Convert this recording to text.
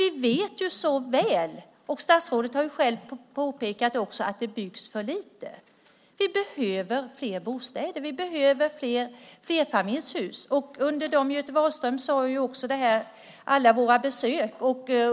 Vi vet ju såväl att det byggs för lite, och det har statsrådet själv påpekat. Vi behöver fler bostäder. Vi behöver fler flerfamiljshus. Göte Wahlström nämnde alla våra besök.